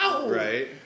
Right